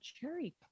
cherry